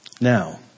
Now